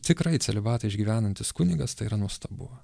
tikrai celibatą išgyvenantis kunigas tai yra nuostabu